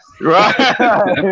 Right